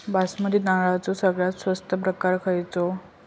बासमती तांदळाचो सगळ्यात स्वस्त प्रकार खयलो?